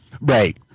Right